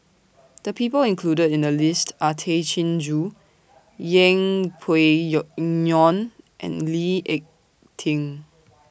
The People included in The list Are Tay Chin Joo Yeng Pway Yo Ngon and Lee Ek Tieng